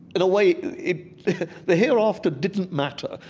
in a way, the hereafter didn't matter,